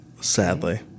sadly